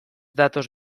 datoz